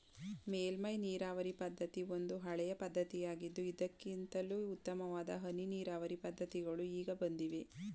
ಮೇಲ್ಮೈ ನೀರಾವರಿ ಪದ್ಧತಿ ಒಂದು ಹಳೆಯ ಪದ್ಧತಿಯಾಗಿದ್ದು ಇದಕ್ಕಿಂತಲೂ ಉತ್ತಮವಾದ ಹನಿ ನೀರಾವರಿ ಪದ್ಧತಿಗಳು ಈಗ ಬಂದಿವೆ